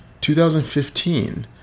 2015